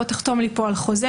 בוא, תחתום לי פה על החוזה.